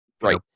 right